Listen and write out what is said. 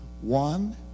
one